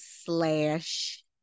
slash